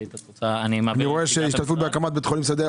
אני רואה שיש השתתפות בהקמת בית חולים שדה.